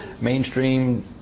mainstream